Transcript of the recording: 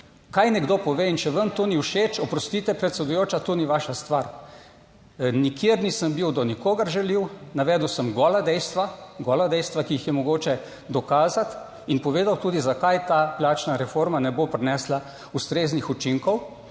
Kaj nekdo pove in če vam to ni všeč, oprostite predsedujoča, to ni vaša stvar. Nikjer nisem bil do nikogar žaljiv, navedel sem gola dejstva, gola dejstva, ki jih je mogoče dokazati, in povedal tudi zakaj ta plačna reforma ne bo prinesla ustreznih učinkov,